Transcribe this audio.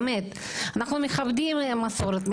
אנחנו מכבדים מסורת,